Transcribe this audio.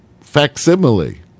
facsimile